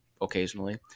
occasionally